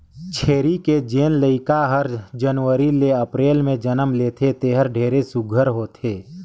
छेरी के जेन लइका हर जनवरी ले अपरेल में जनम लेथे तेहर ढेरे सुग्घर होथे